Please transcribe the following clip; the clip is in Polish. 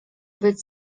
być